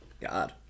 God